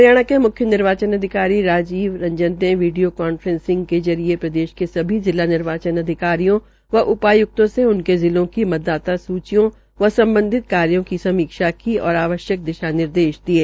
हरियाणा के मुख्य निर्वाचन अधिकारी राजीव रंजन ने वीडियो कांफ्रेसिंग के माध्यम से प्रदेश के सभी जिला निर्वाचन अधिकारियों व उप्राय्क्तों से उनके जिलों की मतदाता सूचियों व सम्बधित कार्यो की समीक्षा की और आवश्यक दिशा निर्देशदिये